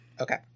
Okay